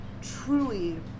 truly